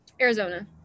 Arizona